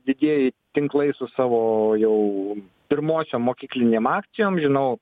didieji tinklai su savo jau pirmosiom mokyklinėm akcijom žinau